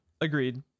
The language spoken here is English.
agreed